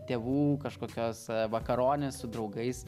tėvų kažkokios vakaronės su draugais